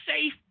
safe